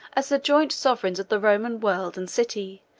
as the joint sovereigns of the roman world and city,